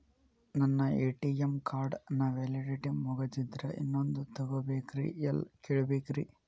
ನನ್ನ ATM card ನ validity ಮುಗದದ್ರಿ ಇನ್ನೊಂದು ತೊಗೊಬೇಕ್ರಿ ಎಲ್ಲಿ ಕೇಳಬೇಕ್ರಿ?